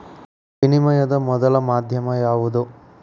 ವಿನಿಮಯದ ಮೊದಲ ಮಾಧ್ಯಮ ಯಾವ್ದು